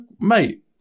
Mate